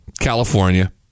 California